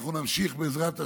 אנחנו נמשיך, בעזרת השם,